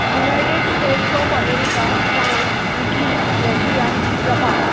United States of America France Italy Russia Japan